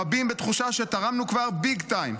רבים בתחושה שתרמנו כבר big time.